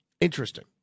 interesting